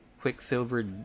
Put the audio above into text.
Quicksilver